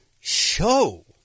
show